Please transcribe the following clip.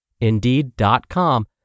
Indeed.com